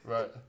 Right